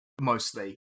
mostly